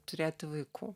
turėti vaikų